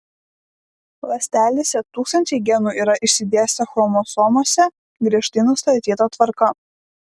ląstelėse tūkstančiai genų yra išsidėstę chromosomose griežtai nustatyta tvarka